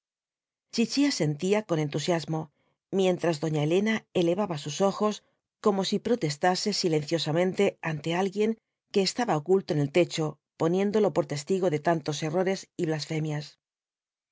chichi asentía con entusiasmo mientras doña elena elevaba sus ojos como si protestase silenciosamente ante alguien que estaba oculto en el techo poniéndolo por testigo de tantos errores y blasfemias doña